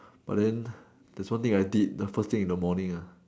but then theres one thing I did first thing in the morning ah